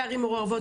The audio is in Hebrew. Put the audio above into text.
וערים מעורבות,